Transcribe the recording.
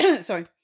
sorry